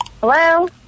Hello